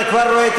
אתה כבר רואה את,